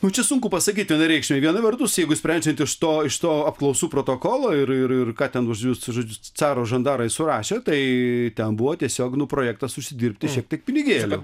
nu čia sunku pasakyti vienareikšmiai viena vertus jeigu sprendžiant iš to iš to apklausų protokolo ir ir ir ką ten už jus žodžiu caro žandarai surašę tai ten buvo tiesiog nu projektas užsidirbti šiek tiek pinigėlių